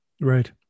Right